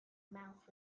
mouth